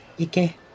Okay